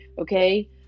Okay